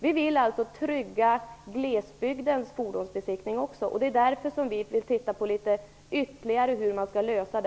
Vi vill alltså trygga glesbygdens fordonsbesiktning också. Det är därför vi vill titta litet ytterligare på hur frågan skall lösas.